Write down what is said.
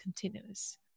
continuous